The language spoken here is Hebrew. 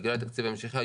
בגלל התקציב ההמשכי,